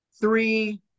three